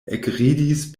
ekridis